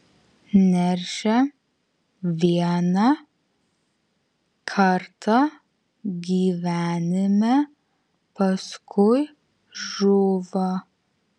neršia vieną kartą gyvenime paskui žūva